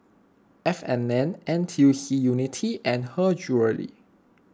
F and N N T U C Unity and Her Jewellery